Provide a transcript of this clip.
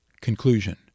Conclusion